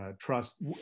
Trust